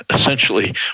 essentially